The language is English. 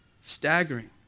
staggering